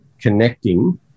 connecting